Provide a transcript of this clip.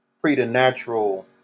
preternatural